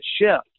shift